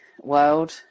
world